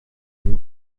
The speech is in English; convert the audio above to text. and